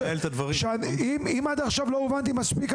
אם עד עכשיו לא הובנתי מספיק,